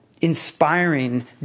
inspiring